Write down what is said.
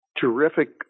terrific